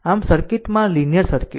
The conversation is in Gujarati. આમ સર્કિટમાં લીનીયર સર્કિટ છે